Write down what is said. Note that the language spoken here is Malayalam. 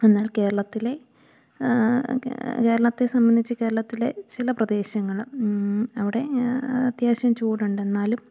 എന്നാൽ കേരളത്തിലെ കേരളത്തെ സംബന്ധിച്ച് കേരളത്തിലെ ചില പ്രദേശങ്ങള് അവിടെ അത്യാവശ്യം ചൂടുണ്ട് എന്നാലും